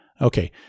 Okay